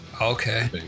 Okay